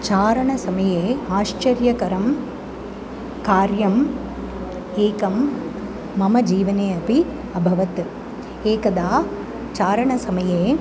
चारणसमये आश्चर्यकरं कार्यम् एकं मम जीवने अपि अभवत् एकदा चारणसमये